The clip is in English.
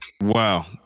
Wow